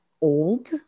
old